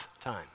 time